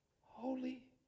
Holy